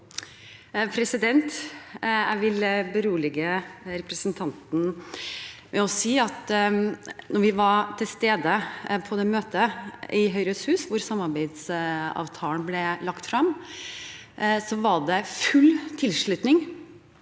Jeg vil berolige representanten med å si at da vi var til stede på det møtet i Høyres hus hvor samarbeidsavtalen ble lagt frem, var det full tilslutning